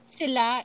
sila